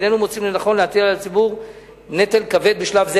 איננו מוצאים לנכון להטיל על הציבור נטל כבד בשלב זה.